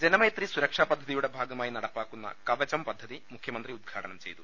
ജനമൈത്രി സുരക്ഷാപദ്ധതിയുടെ ഭാഗമായി നടപ്പാക്കുന്ന കവചം പദ്ധതി മുഖ്യമന്ത്രി ഉദ്ഘാടനം ചെയ്തു